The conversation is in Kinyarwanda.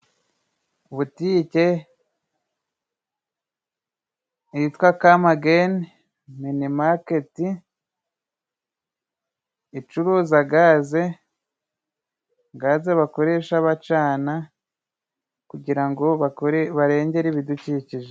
Butike yitwa Kamageni mini maketi icuruza gaze, gaza bakoresha bacana kugira ngo barengere ibidukikije.